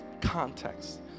context